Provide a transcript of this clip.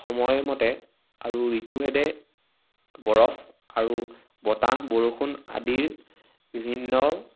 সময়মতে আৰু ঋতুভেদে বৰফ আৰু বতাহ বৰষুণ আদিৰ বিভিন্ন